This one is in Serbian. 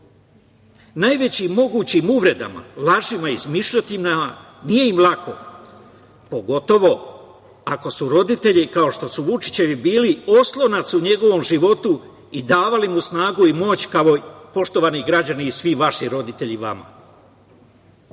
najvećim mogućim uvredama, lažima, izmišljotinama, nije im lako, pogotovo ako su roditelji, kao što su Vučićevi bili, oslonac u njegovom životu i davali mu snagu i moć, kao poštovani građani i svi vaši roditelji vama. Vama